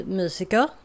musiker